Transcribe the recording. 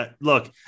Look